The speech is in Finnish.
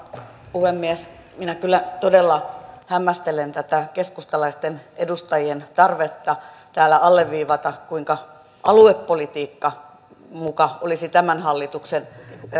puhemies minä kyllä todella hämmästelen tätä keskustalaisten edustajien tarvetta täällä alleviivata kuinka aluepolitiikka muka olisi tämän hallituksen